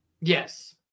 Yes